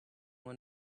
one